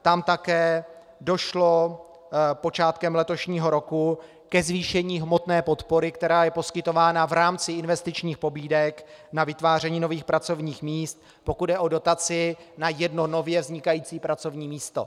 Tam také došlo počátkem letošního roku ke zvýšení hmotné podpory, která je poskytována v rámci investičních pobídek na vytváření nových pracovních míst, pokud jde o dotaci na jedno nově vznikající pracovní místo.